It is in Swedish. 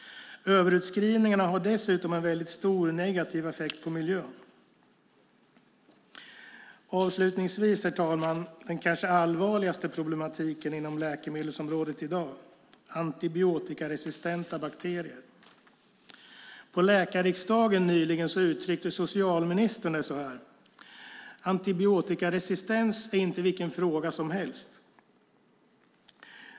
Överutskrivningarna har dessutom stor negativ effekt på miljön. Avslutningsvis, herr talman, vill jag ta upp den kanske allvarligaste problematiken inom läkemedelsområdet i dag: antibiotikaresistenta bakterier. På läkarriksdagen nyligen uttryckte socialministern det så här: "Antibiotikaresistens är inte vilken fråga som helst .